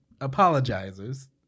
apologizes